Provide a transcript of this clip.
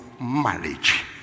marriage